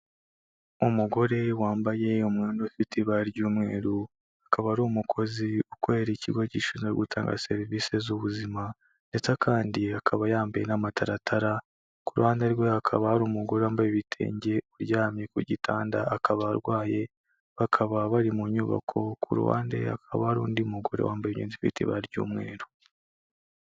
Umugore wambaye umwenda ufite ibara ry'umweru akaba ari umukozi ukorera ikigo gishinzwe gutanga serivisi z'ubuzima ndetse kandi akaba yambaye n'amataratara ku ruhande rwe hakaba hari umugore wambaye ibitenge uryamye ku gitanda akaba arwaye bakaba bari mu nyubako ku ruhande akaba ari undi mugore wambaye imyenda ifite ibara ry'umweru.